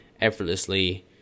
effortlessly